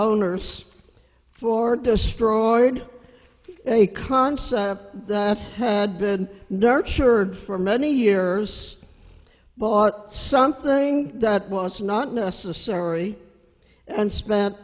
owners for destroyed a concept that had been nurtured for many years bought something that was not necessary and spent